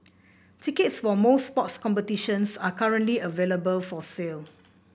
tickets for most sports competitions are currently available for sale